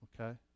Okay